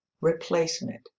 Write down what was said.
replacement